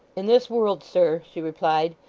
in this world, sir she replied,